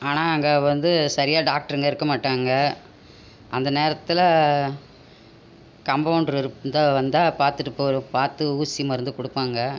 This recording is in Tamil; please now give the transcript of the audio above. ஆனால் அங்கே வந்து சரியாக டாக்டருங்க இருக்க மாட்டாங்க அந்த நேரத்தில் கம்பௌண்டர் இருந்தால் வந்தால் பார்த்துட்டு போகற பார்த்து ஊசி மருந்து கொடுப்பாங்க